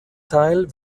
teil